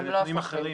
אלה נתונים אחרים.